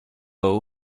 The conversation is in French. voie